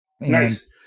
Nice